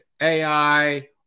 AI